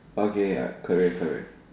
okay ah career career